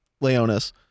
Leonis